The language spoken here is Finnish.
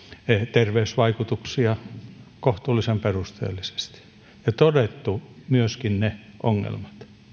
terveysvaikutuksia kohtuullisen perusteellisesti ja todettu myöskin ne ongelmat